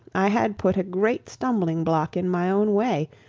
i had put a great stumbling block in my own way,